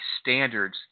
standards